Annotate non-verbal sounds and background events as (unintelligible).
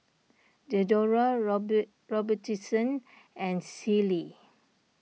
Diadora (unintelligible) Robitussin and Sealy